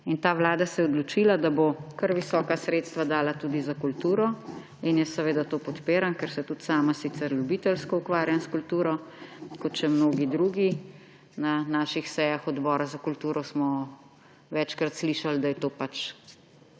Ta vlada se je odločila, da bo kar visoka sredstva dala tudi za kulturo in jaz seveda to podpiram, ker se tudi sama, sicer ljubiteljsko, ukvarjam s kulturo kot še mnogi drugi. Na naših sejah Odbora za kulturo smo večkrat slišali, da je pač